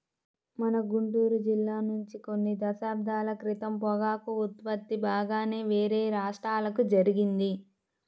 మన గుంటూరు జిల్లా నుంచి కొన్ని దశాబ్దాల క్రితం పొగాకు ఉత్పత్తి బాగానే వేరే రాష్ట్రాలకు జరిగింది